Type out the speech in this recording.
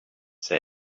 said